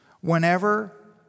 Whenever